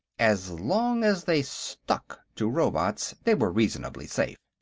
as long as they stuck to robots, they were reasonably safe.